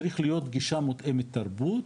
צריכה להיות גישה מותאמת לתרבות,